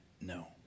No